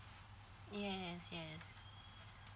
yes yes